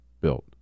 built